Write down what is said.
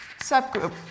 subgroup